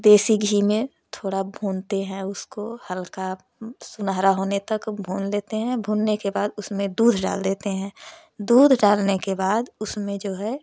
देशी घी में थोड़ा भूनते हैं उसको हल्का सुनहरा होने तक भून लेते हैं भूनने के बाद उसमें दूध डाल देते हैं दूध डालने के बाद उसमें जो है